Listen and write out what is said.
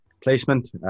placement